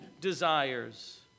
desires